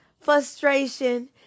frustration